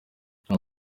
nta